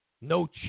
No